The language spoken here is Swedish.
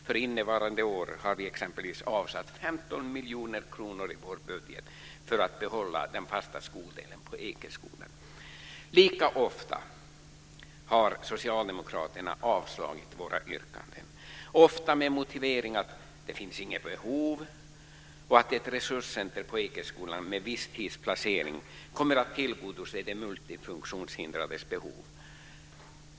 För innevarande år har vi exempelvis avsatt 15 miljoner kronor i vår budget för att behålla den fasta skoldelen på Lika ofta har Socialdemokraterna avslagit våra yrkanden, ofta med motiveringen att det inte finns något behov och att ett resurscenter på Ekeskolan med visstidsplacering kommer att tillgodose de multifunktionshindrades behov.